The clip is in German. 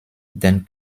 den